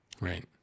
right